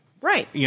Right